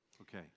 Okay